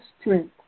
strength